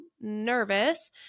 nervous